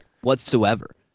whatsoever